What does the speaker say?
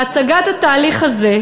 והצגת התהליך הזה,